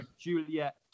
Juliet